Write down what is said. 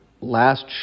last